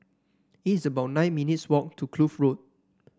it's about nine minutes' walk to Kloof Road